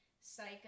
psycho